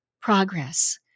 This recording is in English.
progress